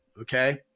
okay